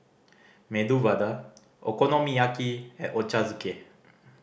Medu Vada Okonomiyaki and Ochazuke